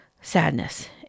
sadness